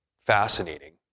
fascinating